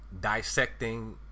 dissecting